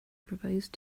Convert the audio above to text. proposed